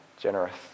generous